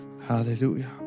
Hallelujah